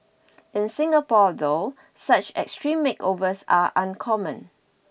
in Singapore though such extreme makeovers are uncommon